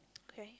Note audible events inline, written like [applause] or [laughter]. [noise] okay